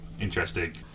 interesting